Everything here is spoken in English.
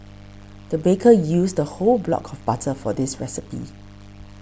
the baker used a whole block of butter for this recipe